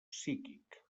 psíquic